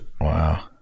Wow